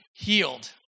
healed